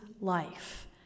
life